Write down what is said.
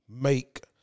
make